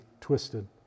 twisted